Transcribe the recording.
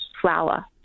flower